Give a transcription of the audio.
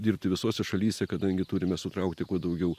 dirbti visose šalyse kadangi turime sutraukti kuo daugiau